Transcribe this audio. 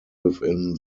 within